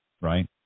right